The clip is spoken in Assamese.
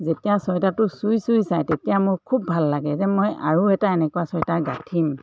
যেতিয়া চুৱেটাৰটো চুই চুই চায় তেতিয়া মোৰ খুব ভাল লাগে যে মই আৰু এটা এনেকুৱা চুৱেটাৰ গাঠিম